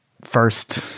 first